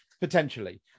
Potentially